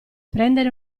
prendere